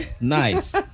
Nice